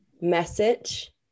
message